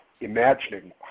imagining